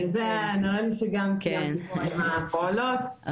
נראה לי שגם סיימתי עם הפעולות,